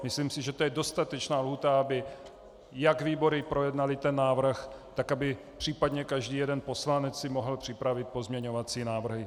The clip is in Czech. Myslím si, že to je dostatečná lhůta, aby jak výbory projednaly ten návrh, tak aby případně každý jeden poslanec si mohl připravit pozměňovací návrhy.